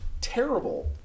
terrible